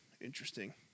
interesting